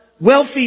wealthy